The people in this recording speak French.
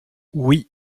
oui